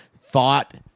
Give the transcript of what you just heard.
thought